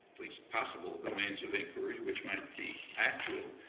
least possible domains of inquiry, which might be actual,